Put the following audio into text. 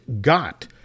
got